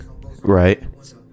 Right